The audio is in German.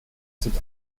sind